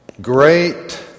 Great